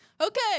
Okay